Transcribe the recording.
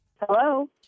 Hello